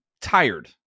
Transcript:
tired